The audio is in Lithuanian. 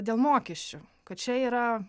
dėl mokesčių kad čia yra